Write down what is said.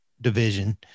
division